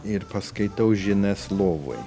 ir paskaitau žinias lovoj